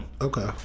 Okay